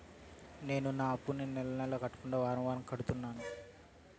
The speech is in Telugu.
నేను నా అప్పుని నెల నెల కాకుండా వారం వారం కడుతున్నాను